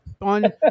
on